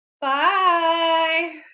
Bye